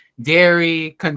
Dairy